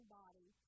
body